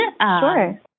Sure